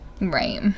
Right